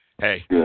Hey